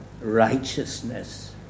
righteousness